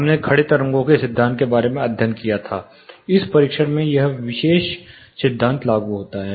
हमने खड़े तरंगों के सिद्धांत के बारे में अध्ययन किया इस परीक्षण में यह विशेष सिद्धांत लागू होता है